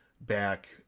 back